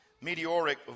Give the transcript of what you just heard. meteoric